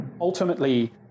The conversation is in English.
ultimately